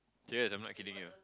serious I'm not kidding you